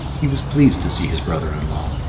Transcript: he was pleased to see his brother-in-law,